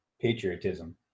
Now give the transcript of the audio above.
patriotism